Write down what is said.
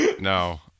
No